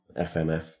FMF